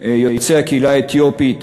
בקרב יוצאי הקהילה האתיופית